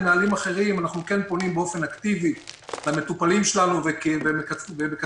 אנחנו כן פועלים באופן אקטיבי למטופלים שלנו ומקצרים